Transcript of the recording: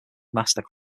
master